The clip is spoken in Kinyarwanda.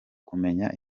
kumenya